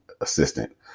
assistant